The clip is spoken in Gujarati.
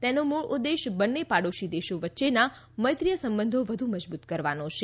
તેનો મૂળ ઉદ્દેશ બંને પાડોશી દેશો વચ્ચેના મૈત્રીય સંબંધો વધુ મજબૂત કરવાનો છે